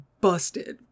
busted